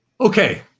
okay